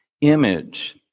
image